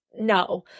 no